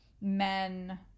men